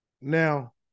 Now